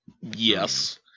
Yes